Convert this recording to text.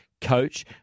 coach